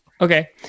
Okay